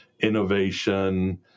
innovation